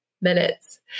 minutes